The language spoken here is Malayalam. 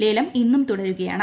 ലേലം ഇന്നും തുടരുകയാണ്